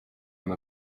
ona